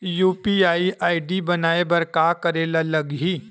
UPI ID बनाये बर का करे ल लगही?